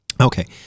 Okay